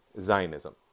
Zionism